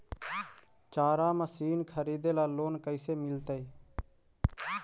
चारा मशिन खरीदे ल लोन कैसे मिलतै?